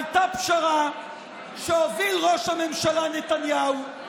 הייתה פשרה שהוביל ראש הממשלה נתניהו,